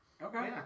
Okay